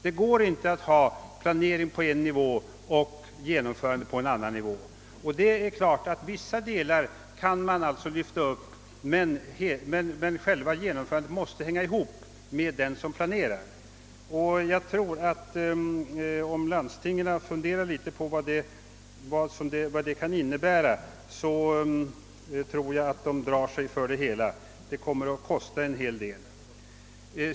Det går inte att ha planeringen på en nivå och genomförandet på en annan. Vissa delar av planeringen kan givetvis flyttas upp till landstingen, men genomförandet skall handhas av den instans som planerar. Om landstingen funderar litet över vad detta kan innebära, tror jag att de kommer att dra sig för det hela, eftersom det kommer att kosta en hel del.